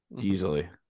Easily